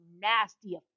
nasty